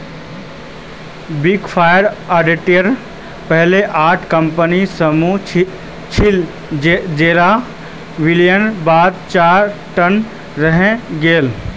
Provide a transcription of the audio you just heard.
big four auditors पहले आठ कम्पनीर समूह छिल जेरा विलयर बाद चार टा रहेंग गेल